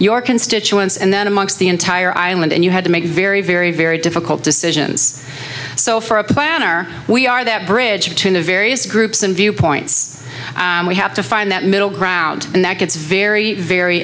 your constituents and then amongst the entire island you had to make very very very difficult decisions so for a planner we are that bridge between the various groups and viewpoints we have to find that middle ground and that gets very very